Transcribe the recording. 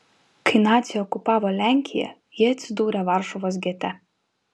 kai naciai okupavo lenkiją ji atsidūrė varšuvos gete